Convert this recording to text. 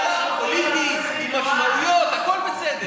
תגיד מהלך פוליטי, עם משמעויות, הכול בסדר.